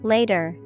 Later